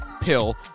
pill